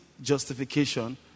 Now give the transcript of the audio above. justification